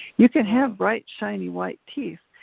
you can have bright, shiny white teeth,